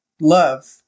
love